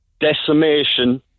decimation